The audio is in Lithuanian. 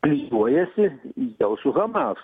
klijuojasi jau su hamas